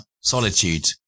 solitude